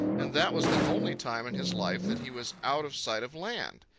and that was the only time in his life that he was out of sight of land.